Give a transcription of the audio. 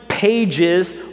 Pages